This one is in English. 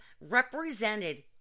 represented